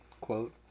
quote